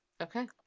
Okay